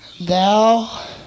Thou